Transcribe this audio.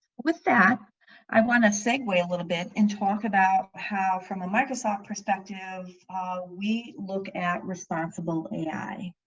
with that i want a segue a little bit and talk about how from a microsoft perspective we look at responsible ai,